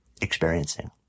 experiencing